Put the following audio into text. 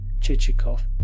Chichikov